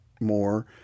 more